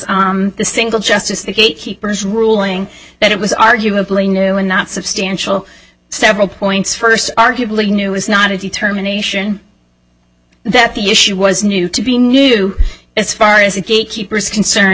the single justice the gatekeepers ruling that it was arguably new and not substantial several points first arguably new is not a determination that the issue was knew to be new as far as the gate keeper is concerned